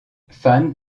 fan